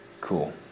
Cool